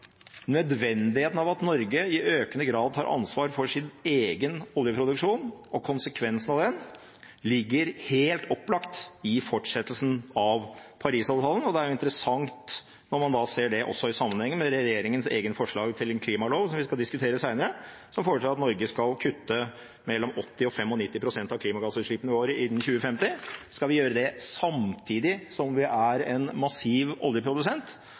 nødvendigheten av at Norge i økende grad tar ansvar for sin egen oljeproduksjon og konsekvensen av den, ligger helt opplagt i fortsettelsen av Paris-avtalen. Det er interessant når man ser det i sammenheng med regjeringens eget forslag til en klimalov, som vi skal diskutere senere, og som foreslår at Norge skal kutte mellom 80 og 95 pst. av klimagassutslippene våre innen 2050. Skal vi gjøre det samtidig som vi er en massiv oljeprodusent?